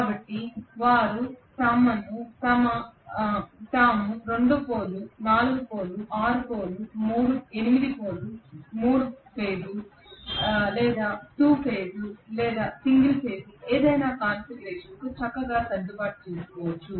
కాబట్టి వారు తమను తాము 2 pole 4 pole 6 pole 8 pole 3 phase 2 phase single phase ఏదైనా కాన్ఫిగరేషన్కు చక్కగా సర్దుబాటు చేసుకోవచ్చు